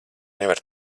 nevari